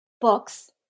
books